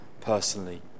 personally